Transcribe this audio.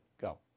Go